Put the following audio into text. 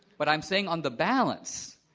but i'm saying on the balance,